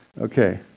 Okay